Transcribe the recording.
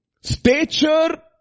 stature